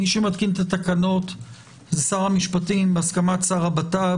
מי שמתקין את התקנות זה שר המשפטים בהסכמת שר הבט"פ,